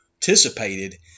participated